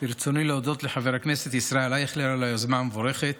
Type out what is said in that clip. ברצוני להודות לחבר הכנסת ישראל אייכלר על היוזמה המבורכת.